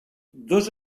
dos